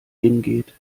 hingeht